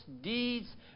deeds